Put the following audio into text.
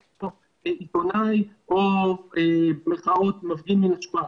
עיתונאי או במירכאות "מפגין מהשורה",